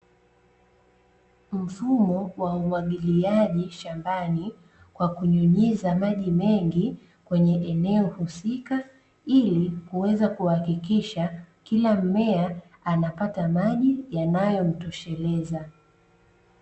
Mfumo wa umwagiliaji shambani, kwa kunyunyiza maji mengi kwenye eneo husika, ili kuweza kuhakikisha kila mmea anapata maji yanayomtosheleza.